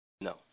No